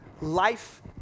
Life